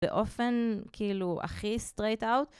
באופן כאילו הכי straight out.